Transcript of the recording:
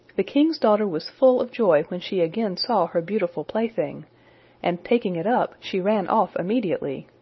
the king's daughter was full of joy when she again saw her beautiful plaything and, taking it up, she ran off immediately.